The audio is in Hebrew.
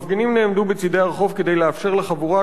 המפגינים נעמדו בצדי הרחוב כדי לאפשר לחבורה